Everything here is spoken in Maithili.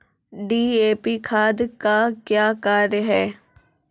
डी.ए.पी खाद का क्या कार्य हैं?